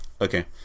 Okay